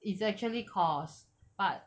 it's actually cost but